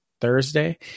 Thursday